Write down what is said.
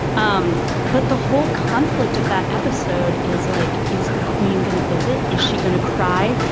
um but the whole conflict of that episode is like, is the queen going to visit? is she going to cry?